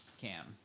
cam